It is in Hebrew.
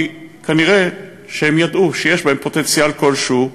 כי כנראה הם ידעו שיש בהם פוטנציאל כלשהו,